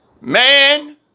Man